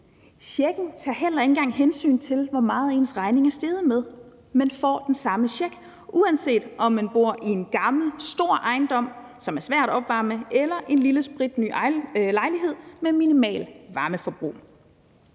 checken heller ikke engang hensyn til, hvor meget ens regning er steget med; man får den samme check, uanset om man bor i en gammel, stor ejendom, som er svær at opvarme, eller i en lille, spritny lejlighed med minimalt varmeforbrug.